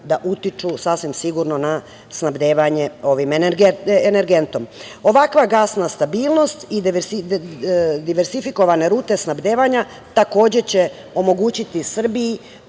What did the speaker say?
da utiču sasvim sigurno na snabdevanje ovim energentom. Ovakva gasna stabilnost i diversifikovane rute snabdevanja takođe će omogućiti Srbiji